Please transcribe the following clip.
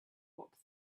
walk